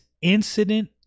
incident